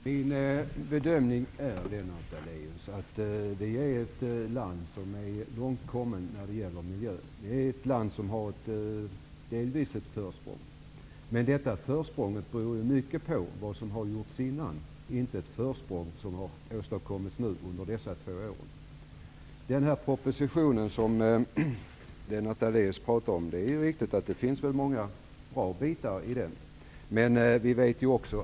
Herr talman! Min bedömning är att Sverige är ett land som är långt kommet när det gäller miljö. Vi har delvis ett försprång. Men detta försprång beror mycket på det som har gjorts tidigare. Det har inte åstadkommits under dessa två år. Det är riktigt att det finns mycket som är bra i den proposition som Lennart Daléus talade om.